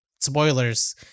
spoilers